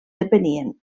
depenien